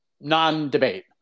non-debate